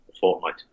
fortnight